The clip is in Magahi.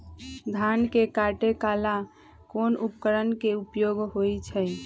धान के काटे का ला कोंन उपकरण के उपयोग होइ छइ?